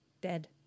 dead